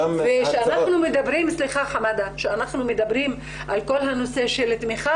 כשאנחנו מדברים על כל הנושא של תמיכה